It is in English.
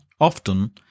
Often